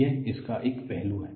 यह इसका एक पहलू है